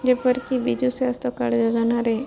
ଯେପରିକି ବିଜୁ ସ୍ୱାସ୍ଥ୍ୟ କାର୍ଡ଼ ଯୋଜନାରେ